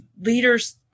leaders